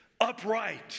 upright